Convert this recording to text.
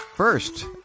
First